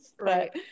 right